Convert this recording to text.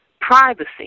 Privacy